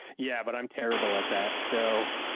yeah, but i'm terrible at that, so